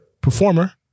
performer